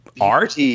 Art